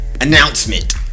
announcement